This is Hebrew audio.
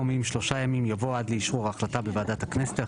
במקום 'שלושה ימים' יבוא 'עד לאישור ההחלטה בוועדת הכנסת',